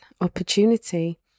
opportunity